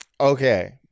Okay